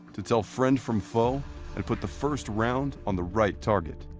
to tell friend from foe and put the first round on the right target.